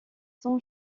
son